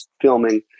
filming